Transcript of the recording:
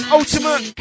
ultimate